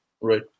Right